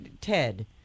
Ted